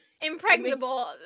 impregnable